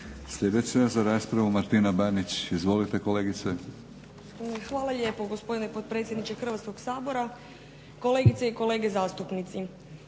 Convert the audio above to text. Sljedeća za raspravu Martina Banić. Izvolite kolegice. **Banić, Martina (HDZ)** Hvala lijepo gospodine potpredsjedniče Hrvatskoga sabora. Kolegice i kolege zastupnici.